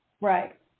Right